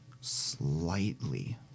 slightly